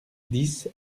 dix